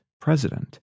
president